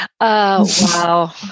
Wow